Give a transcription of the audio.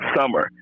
summer